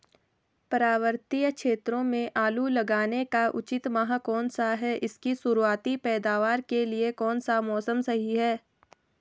पर्वतीय क्षेत्रों में आलू लगाने का उचित माह कौन सा है इसकी शुरुआती पैदावार के लिए कौन सा मौसम सही है?